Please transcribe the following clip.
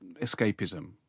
escapism